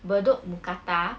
bedok mookata